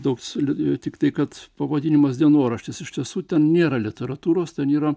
toks liudijo tiktai kad pavadinimas dienoraštis iš tiesų ten nėra literatūros ten yra